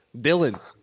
Dylan